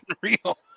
real